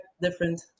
different